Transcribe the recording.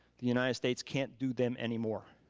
the united states can't do them anymore.